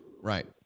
right